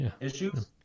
issues